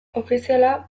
ofiziala